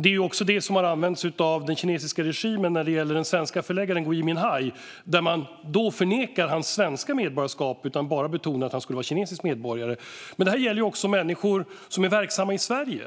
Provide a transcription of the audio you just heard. Det är också det som har använts av den kinesiska regimen när det gäller den svenske förläggaren Gui Minhai, då man förnekar hans svenska medborgarskap och bara betonar att han är kinesisk medborgare. Men detta gäller också människor som är verksamma i Sverige